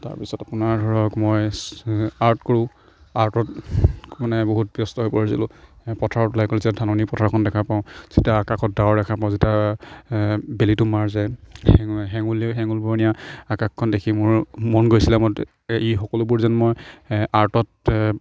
তাৰ পিছত আপোনাৰ ধৰক মই আৰ্ট কৰোঁ আৰ্টত মানে বহুত ব্যস্ত হৈ পৰিছিলোঁ পথাৰত ওলাই গৈ যেতিয়া ধাননি পথাৰখন দেখা পাওঁ যেতিয়া আকশত ডাৱৰ দেখা পাওঁ যেতিয়া বেলিটো মাৰ যায় হেঙুলীয়া হেঙুল বৰণীয়া আকাশখন দেখি মোৰ মন গৈছিলে এই সকলোবোৰ যেন মই আৰ্টত